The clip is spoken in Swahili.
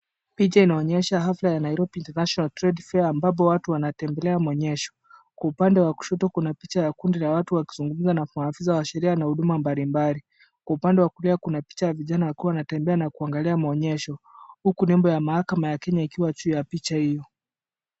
Picha inaonyesha hafla ya Nairobi International Trade Fair , ambapo watu wanatembelea maonyesho. Kwa upande wa kushoto, kuna picha la kundi la watu wakizungumza, na kuna maafisa wa sheria na huduma mbalimbali. Kwa upande wa kulia, kuna picha ya vijana wakitembea na kuangalia maonyesho, huku nyumba ya mahakama ya kenya ikiwa juu ya picha hio.